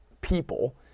people